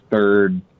third